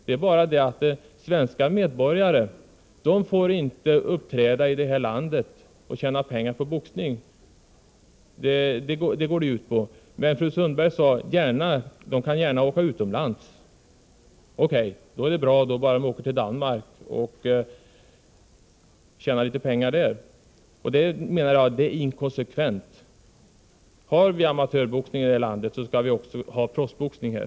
Det är bara det att svenska medborgare inte får uppträda och tjäna pengar på boxning här hemma. Men de kan gärna åka utomlands, sade fru Sundberg. Åker de bara till Danmark och tjänar litet pengar där, så är det bra. Det är, menar jag, inkonsekvent. Har vi amatörboxning här i landet, skall vi också ha proffsboxning här.